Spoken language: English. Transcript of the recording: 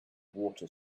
water